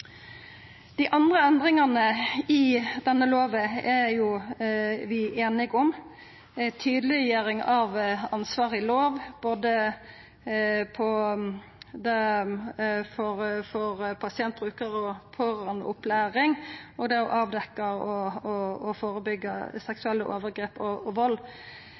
Dei andre endringane i denne lova er vi jo einige om – ei tydeleggjering av ansvaret i lov for pasient-, brukar- og pårørandeopplæring, det å avdekkja og førebyggja seksuelle overgrep og vald, og